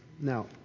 Now